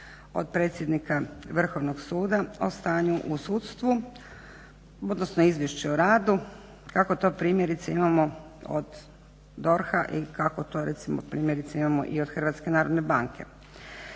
od predsjednika Vrhovnog suda o stanju u sudstvu, odnosno izvješće o radu kako to primjerice imamo od DORH-a i kako to recimo primjerice imamo i od Hrvatske narodne banke.